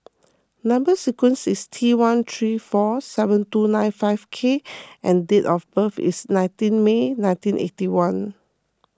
Number Sequence is T one three four seven two nine five K and date of birth is nineteen May nineteen eighty one